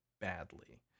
badly